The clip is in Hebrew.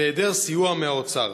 בהיעדר סיוע מהאוצר.